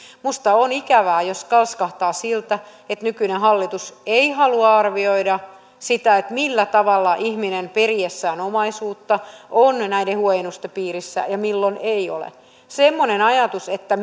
minusta on ikävää jos kalskahtaa siltä että nykyinen hallitus ei halua arvioida sitä milloin ihminen periessään omaisuutta on jo näiden huojennusten piirissä ja milloin ei ole jos on semmoinen ajatus että